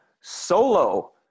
solo